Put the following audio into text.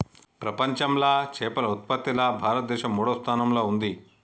ప్రపంచంలా చేపల ఉత్పత్తిలా భారతదేశం మూడో స్థానంలా ఉంది